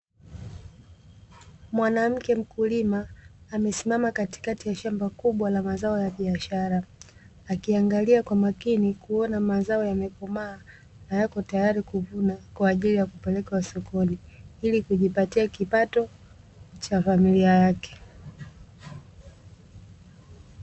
Mwanamke mkulima amesimama katikati ya shamba la mazao ya biashara akiangalia kwa makini kuona mazao yamekomaa na yako tayari kuvunwa kwa ajili ya kupelekwa sokoni ili kujipatia kipato cha familia yake.